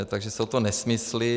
Takže jsou to nesmysly.